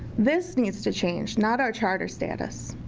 this needs to change, not our charter status.